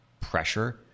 pressure